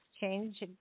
change